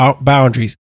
boundaries